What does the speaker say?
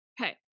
okay